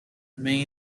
remain